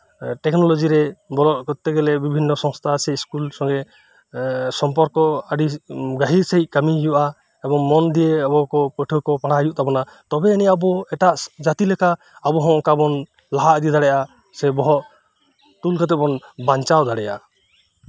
technology ᱨᱮ ᱵᱚᱞᱚᱜ ᱠᱚᱨᱛᱮ ᱜᱮᱞᱮ ᱵᱤᱵᱷᱤᱱᱱᱚ ᱥᱚᱝᱥᱛᱷᱟ ᱥᱮ ᱥᱠᱩᱞ ᱥᱚᱝᱜᱮ ᱥᱚᱢᱯᱚᱨᱠᱚ ᱟᱹᱰᱤ ᱜᱟᱹᱦᱤᱨ ᱥᱟᱹᱦᱤᱡ ᱠᱟᱹᱢᱤ ᱦᱳᱭᱳᱜᱼᱟ ᱮᱵᱚᱝ ᱢᱚᱱ ᱫᱤᱭᱮ ᱟᱵᱚ ᱯᱟᱹᱴᱷᱩᱣᱟᱹ ᱠᱚ ᱯᱟᱲᱦᱟᱜ ᱦᱳᱭᱳᱜ ᱛᱟᱵᱚᱱᱟ ᱛᱚᱵᱮ ᱟᱹᱱᱤᱡ ᱟᱵᱚ ᱵᱚᱱ ᱞᱟᱦᱟ ᱤᱫᱤ ᱫᱟᱲᱮᱭᱟᱜᱼᱟ ᱥᱮ ᱵᱚᱦᱚᱜ ᱛᱩᱞ ᱠᱟᱛᱮᱫ ᱵᱚᱱ ᱵᱟᱣᱪᱟᱣ ᱫᱟᱲᱮᱭᱟᱜᱼᱟ